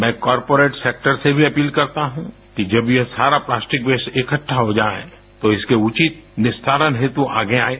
मैं corporate sector से भी अँपील करता हूँ कि जब ये सारा प्लास्टिक वेस्ट इकटठा हो जाए तो इसके उचित निस्तारण हेत आगे आयें